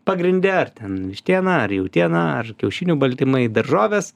pagrinde ar ten vištiena ar jautiena ar kiaušinių baltymai daržovės